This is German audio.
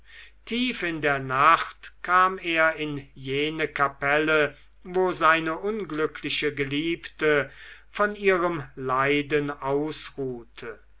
tief in der nacht kam er in jene kapelle wo seine unglückliche geliebte von ihrem leiden ausruhte